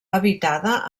habitada